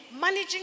managing